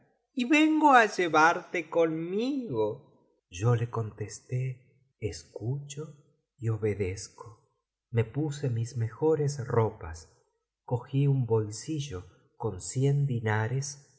y vengo á llevarte conmigo yo le contesté escucho y obedezco me puse mis mejores ropas cogí un bolsillo con cien dinares y